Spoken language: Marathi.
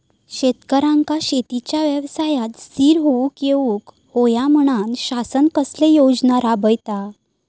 शेतकऱ्यांका शेतीच्या व्यवसायात स्थिर होवुक येऊक होया म्हणान शासन कसले योजना राबयता?